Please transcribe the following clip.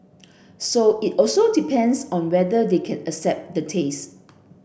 so it also depends on whether they can accept the taste